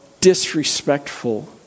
disrespectful